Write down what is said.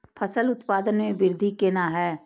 फसल उत्पादन में वृद्धि केना हैं?